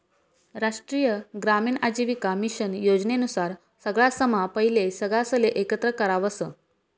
राष्ट्रीय ग्रामीण आजीविका मिशन योजना नुसार सगळासम्हा पहिले सगळासले एकत्र करावस